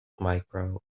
micro